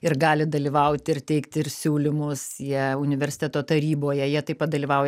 ir gali dalyvauti ir teikti ir siūlymus jie universiteto taryboje jie taip pat dalyvauja